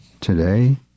today